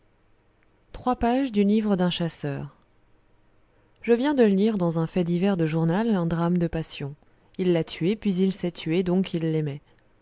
trois pages du livre d'un chasseur je viens de lire dans un fait divers de journal un drame de passion il l'a tuée puis il s'est tué donc il l'aimait